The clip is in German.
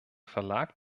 verlag